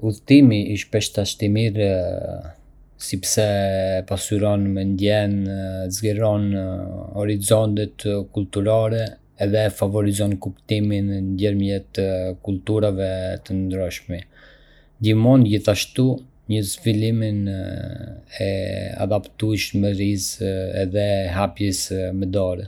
Udhtimi i shpeshtë asht i mirë sepse pasuron mendjen, zgjeron horizontet kulturore edhe favorizon kuptimin ndërmjet kulturave të ndryshme. Ndihmon gjithashtu në zhvillimin e adaptueshmërisë edhe hapjes mendore.